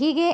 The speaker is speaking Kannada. ಹೀಗೆ